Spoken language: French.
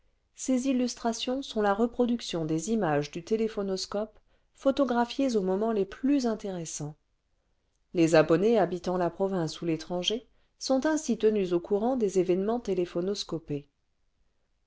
ses illustrations sont la reproduction des images du téléphonoscope photographiées aux moments les plus intéressants les abonnée habitant la province ou l'étranger sont ainsi tenus au courant des événements